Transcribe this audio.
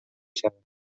شود